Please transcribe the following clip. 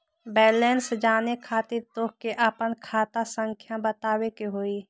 Balance जाने खातिर तोह के आपन खाता संख्या बतावे के होइ?